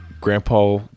Grandpa